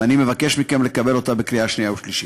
ואני מבקש מכם לקבל אותה בקריאה שנייה ושלישית.